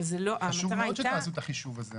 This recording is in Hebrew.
חשוב מאוד שתעשו את החישוב הזה.